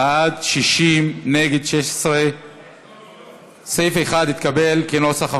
בעד, 60, נגד, 16. סעיף 1 התקבל, כנוסח הוועדה.